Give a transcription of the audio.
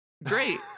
Great